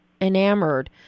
enamored